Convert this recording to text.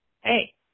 hey